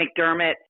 McDermott